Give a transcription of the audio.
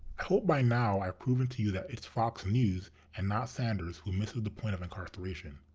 hope by now i've proven to you that it's fox news and not sanders who misses the point of incarceration.